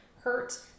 hurt